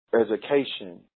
education